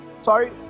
sorry